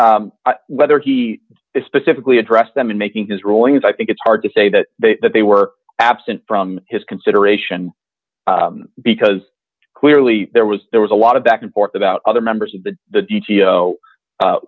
whether he is specifically addressed them in making his rulings i think it's hard to say that they that they were absent from his consideration because clearly there was there was a lot of back and forth about other members of the the